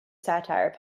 satire